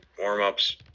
warm-ups